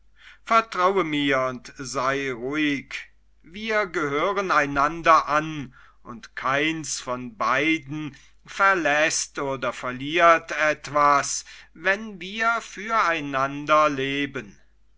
vertraue mir und sei ruhig wir gehören einander an und keins von beiden verläßt oder verliert etwas wenn wir füreinander leben